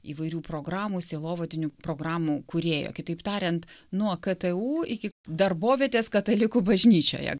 įvairių programų sielovadinių programų kūrėjo kitaip tariant nuo ktu iki darbovietės katalikų bažnyčioje